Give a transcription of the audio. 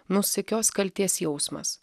mus sekios kaltės jausmas